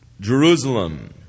Jerusalem